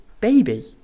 baby